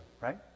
right